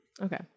Okay